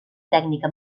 tècnica